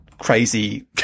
Crazy